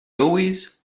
always